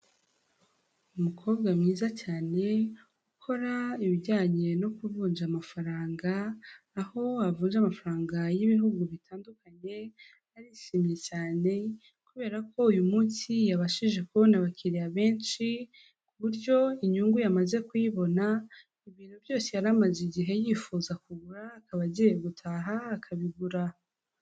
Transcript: Umukobwa mwiza cyane, ukora ibijyanye no kuvunja amafaranga, aho avunja amafaranga y'ibihugu bitandukanye, arishimye cyane kubera ko uyu munsi yabashije kubona abakiriya benshi, ku buryo inyungu yamaze kuyibona, ibintu byose yari amaze igihe yifuza kugura, akaba agiye gutaha akabigura.